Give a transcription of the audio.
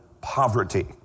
poverty